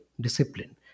discipline